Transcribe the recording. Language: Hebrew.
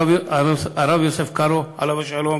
הרב יוסף קארו, עליו השלום.